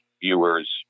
viewers